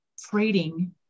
trading